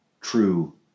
true